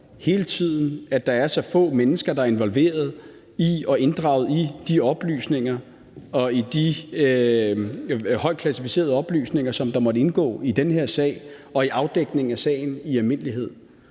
at sikre, at der er så få mennesker, der er involveret i og inddraget i de oplysninger, i de højt klassificerede oplysninger, der måtte indgå i den her sag og i afdækningen af sagen i almindelighed.